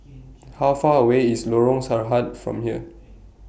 How Far away IS Lorong Sarhad from here